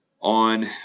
on